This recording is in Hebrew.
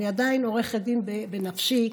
אני עדיין עורכת דין בנפשי.